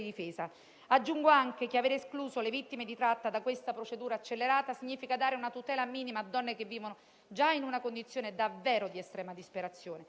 ho detto poi all'inizio, questo non è il successo di una parte, anche se una parte ovviamente ha condotto con più coerenza, determinazione e convinzione questa battaglia.